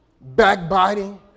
backbiting